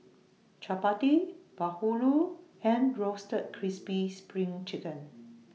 Chappati Bahulu and Roasted Crispy SPRING Chicken